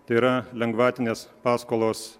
tai yra lengvatinės paskolos